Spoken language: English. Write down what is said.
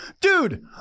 Dude